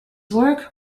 work